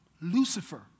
Lucifer